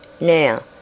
Now